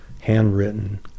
handwritten